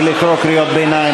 רק רציתי להתחיל לדבר.